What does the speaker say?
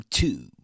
two